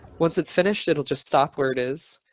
once it's finished, it'll just stop where it is.